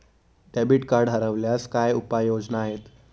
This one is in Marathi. डेबिट कार्ड हरवल्यास काय उपाय योजना आहेत?